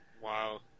Wow